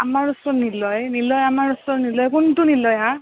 আমাৰ ওচৰৰ নিলয় নিলয় আমাৰ ওচৰৰ নিলয় কোনটো নিলয় হা